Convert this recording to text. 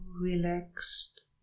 relaxed